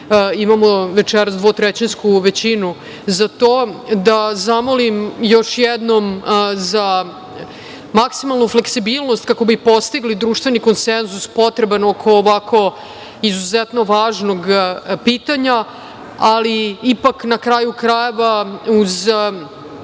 imamo večeras dvotrećinsku većinu za to. Da zamolim još jednom za maksimalnu fleksibilnost kako bi postigli društveni konsenzus potreban oko ovako izuzetno važnog pitanja, ali ipak na kraju krajeva uz